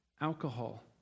alcohol